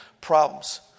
problems